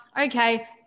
Okay